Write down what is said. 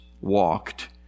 walked